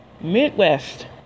Midwest